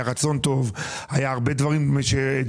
היה רצון טוב, היו הרבה דברים שדיברו.